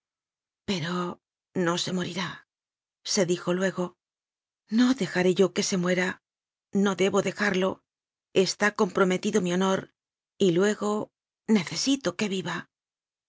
pero no se morirá se dijo luego no dejaré yo que se muera no debo dejarlo está com prometido mi honor y luego necesito que yiva